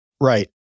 right